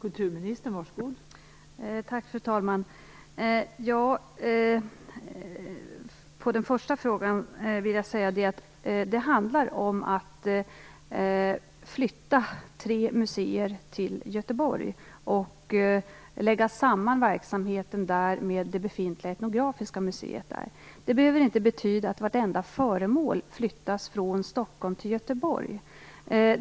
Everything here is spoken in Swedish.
Fru talman! På den första frågan vill jag säga att det handlar om att flytta tre museer till Göteborg och lägga samman deras verksamhet med det befintliga etnografiska museet där. Det behöver inte betyda att vartenda föremål flyttas från Stockholm till Göteborg.